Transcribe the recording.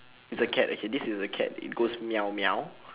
it's a cat okay this is a cat it goes meow meow